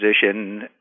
position